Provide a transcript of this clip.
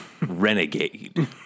renegade